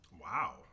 Wow